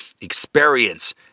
experience